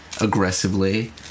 aggressively